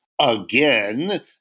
again